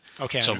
Okay